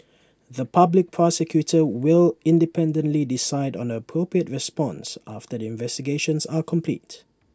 the Public Prosecutor will independently decide on the appropriate response after the investigations are complete